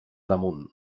damunt